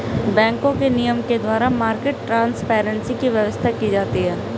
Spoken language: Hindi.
बैंकों के नियम के द्वारा मार्केट ट्रांसपेरेंसी की व्यवस्था की जाती है